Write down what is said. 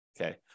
Okay